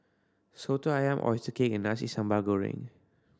Soto Ayam oyster cake and Nasi Sambal Goreng